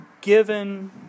given